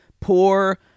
poor